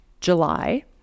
July